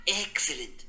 excellent